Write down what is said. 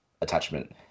attachment